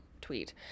tweet